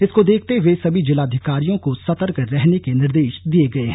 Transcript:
इसको देखते हए सभी जिलाधिकारियों को सतर्क रहने के निर्देश दिये गये हैं